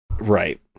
right